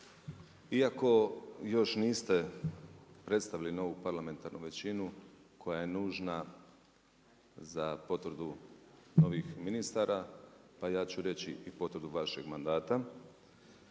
iako još niste predstavili novu parlamentarnu većinu koja je nužna za potvrdu novih ministara pa ja ću reći i potvrdu vašeg mandata,